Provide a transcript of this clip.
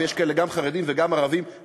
ויש כאלה גם חרדים וגם ערבים,